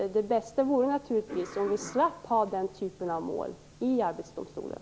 Det bästa vore naturligtvis om vi slapp ha den typen av mål i Arbetsdomstolen.